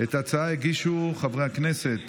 את ההצעות הגישו חברי הכנסת